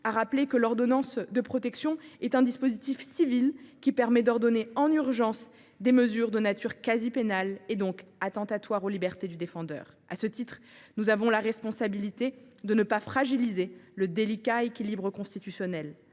de rappeler que l’ordonnance de protection est un dispositif civil qui permet d’ordonner en urgence des mesures de nature quasi pénale, donc attentatoires aux libertés du défendeur. À cet égard, nous avons la responsabilité de ne pas en fragiliser le délicat équilibre constitutionnel.